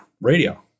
radio